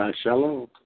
Shalom